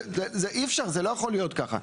זה אי אפשר, זה לא יכול להיות ככה.